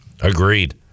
Agreed